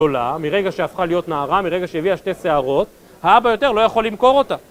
מרגע שהפכה להיות נערה, מרגע שהביאה שתי שיערות, האבא יותר לא יכול למכור אותה.